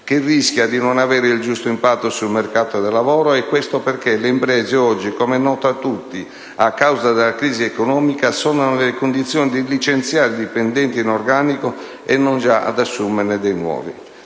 che rischia di non avere il giusto impatto sul mercato del lavoro, e questo perché le imprese oggi, come è noto a tutti, a causa della crisi economica sono nelle condizioni di licenziare i dipendenti in organico e non già di assumerne di nuovi.